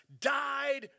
died